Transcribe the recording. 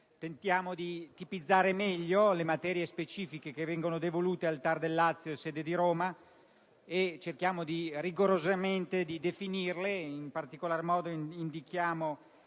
Tentiamo di tipizzare meglio le materie specifiche che vengono devolute al TAR del Lazio nella sede di Roma e cerchiamo di definirle rigorosamente. In particolar modo, indichiamo